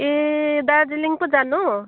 ए दार्जिलिङ पो जानु